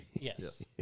Yes